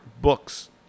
books